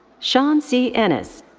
sean c. ennis.